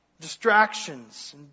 Distractions